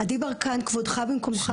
עדי ברקן, כבודך במקומו מונח.